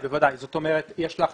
זאת אומרת, יש לך